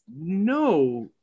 no